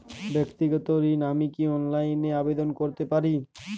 ব্যাক্তিগত ঋণ আমি কি অনলাইন এ আবেদন করতে পারি?